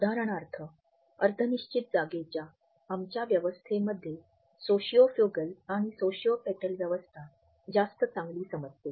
उदाहरणार्थ अर्ध निश्चित जागेच्या आमच्या व्यवस्थेमध्ये सोशिओफ्युगल आणि सोशिओपेटल व्यवस्था जास्त चांगली समजते